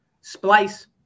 splice